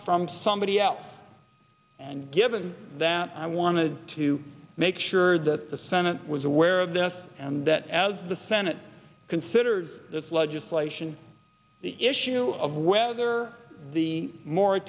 from somebody else and given that i wanted to make sure that the senate was aware of this and that as the senate considered this legislation the issue of whether the